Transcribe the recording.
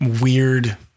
weird